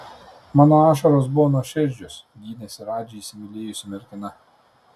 mano ašaros buvo nuoširdžios gynėsi radži įsimylėjusi mergina